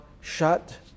shut